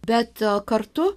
bet kartu